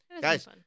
Guys